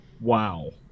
wow